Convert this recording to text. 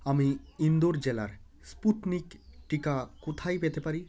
আমি ইন্দোর জেলার স্পুটনিক টিকা কোথায় পেতে পারি